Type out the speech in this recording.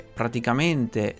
praticamente